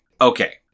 Okay